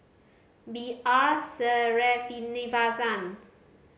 B R Sreenivasan